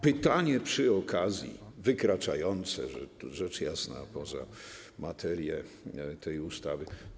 Pytanie przy okazji, wykraczające rzecz jasna poza materię tej ustawy.